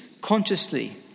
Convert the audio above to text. consciously